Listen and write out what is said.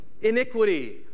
iniquity